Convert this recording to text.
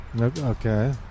Okay